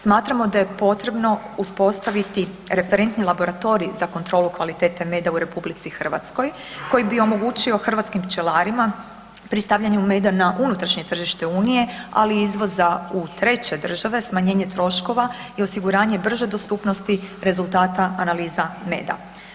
Smatramo da je potrebno uspostaviti referentni laboratorij za kontrolu kvalitete meda u RH koji bi omogućio hrvatskim pčelarima pri stavljanju meda na unutrašnje tržište unije, ali i izvoza u treće države smanjenje troškova i osiguranje brže dostupnosti rezultata analiza meda.